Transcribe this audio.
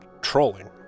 trolling